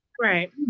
Right